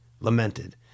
lamented